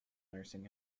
nursing